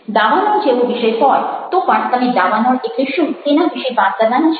દાવાનળ જેવો વિષય હોય તો પણ તમે દાવાનળ એટલે શું તેના વિશે વાત કરવાના છો